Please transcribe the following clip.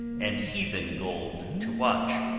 and heathen gold to watch,